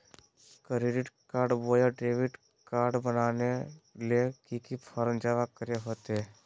Credit card बोया debit card बनाने ले की की फॉर्म जमा करे होते?